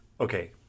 Okay